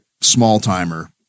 small-timer